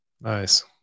Nice